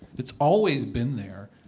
it's always been there.